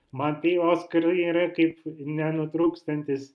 man tie oskarai yra kaip nenutrūkstantis